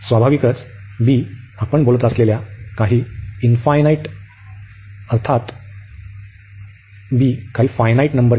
स्वाभाविकच आपण बोलत असलेल्या काही फायनाइट नंबर आहेत